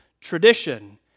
Tradition